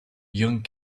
young